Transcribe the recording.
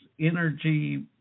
energy